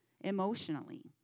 emotionally